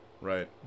Right